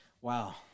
Wow